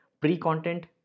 pre-content